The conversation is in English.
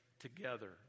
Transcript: Together